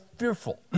fearful